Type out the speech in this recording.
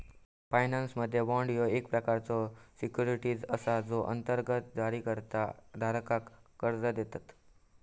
फायनान्समध्ये, बाँड ह्यो एक प्रकारचो सिक्युरिटी असा जो अंतर्गत जारीकर्ता धारकाक कर्जा देतत